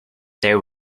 there